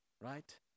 right